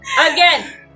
again